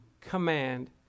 command